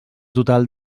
total